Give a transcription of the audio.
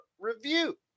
review